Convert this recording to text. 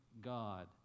God